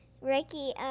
Ricky